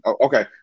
Okay